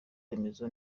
remezo